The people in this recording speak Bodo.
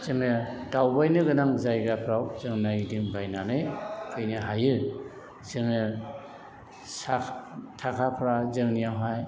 जोङो दावबायनो गोनां जायगाफ्राव जों नायदिंबायनानै फैनो हायो जोङो साख थाखाफ्रा जोंनियावहाय